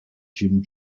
jim